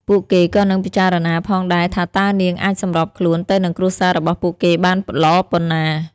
ពួកគេក៏នឹងពិចារណាផងដែរថាតើនាងអាចសម្របខ្លួនទៅនឹងគ្រួសាររបស់ពួកគេបានល្អប៉ុណ្ណា។